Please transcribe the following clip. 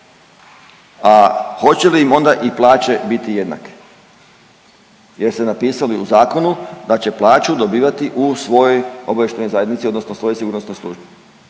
a hoće li im onda i plaće biti jednake? Jer ste napisali u zakonu da će plaću dobivati u svojoj obavještajnoj zajednici, odnosno svojoj sigurnosnoj službi.